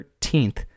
13th